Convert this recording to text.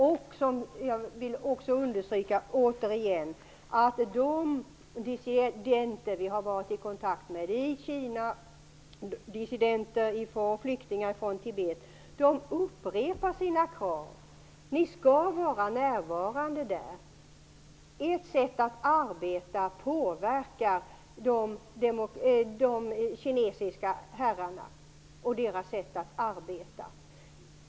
Jag vill återigen understryka att de dissidenter som vi har varit i kontakt med från Kina och Tibet upprepar sina krav. De vill att vi skall vara närvarande där. Vårt sätt att arbeta påverkar de kinesiska herrarna och deras sätt att arbeta.